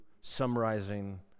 summarizing